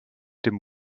dem